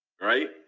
Right